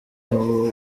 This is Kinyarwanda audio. aba